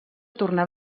tornar